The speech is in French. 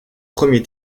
premier